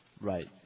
Right